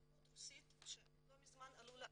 דוברות רוסית שלא מזמן עלו לארץ.